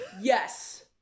Yes